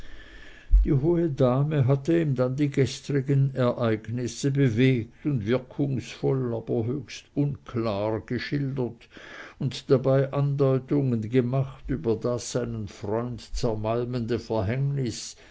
die hohe dame hatte ihm dann die gestrigen ereignisse bewegt und wirkungsvoll aber höchst unklar geschildert und dabei andeutungen gemacht über das seinen freund zermalmende verhängnis